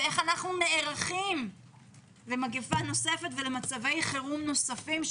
ולדעת איך אנחנו נערכים למגיפה נוספת ולמצבי חירום נוספים,